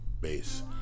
base